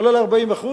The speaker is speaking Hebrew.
כולל 40%,